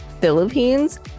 Philippines